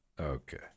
Okay